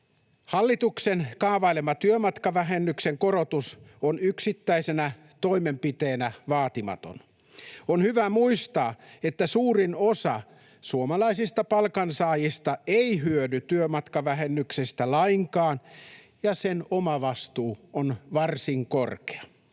Hallituksen kaavailema työmatkavähennyksen korotus on yksittäisenä toimenpiteenä vaatimaton. On hyvä muistaa, että suurin osa suomalaisista palkansaajista ei hyödy työmatkavähennyksestä lainkaan ja sen omavastuu on varsin korkea.